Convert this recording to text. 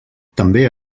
també